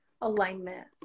alignment